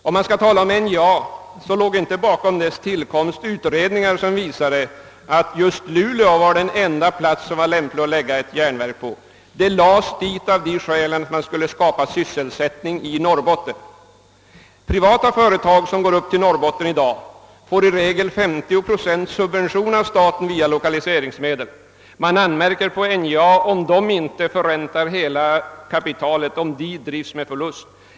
Bakom NJA:s tillkomst låg inte utredningar som visade, att just Luleå var den enda plats som det var lämpligt att lägga ett järnverk på. Företaget förlades dit därför att man ville skapa sysselsättningsmöjligheter i Norrbotten. Privata företag som i dag söker sig till Norrbotten får i regel 50 procents subventioner av staten via lokaliseringsmedel. Däremot anmärker man på NJA om detta företag inte förräntar hela kapitalet eller drivs med förlust.